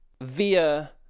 via